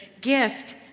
gift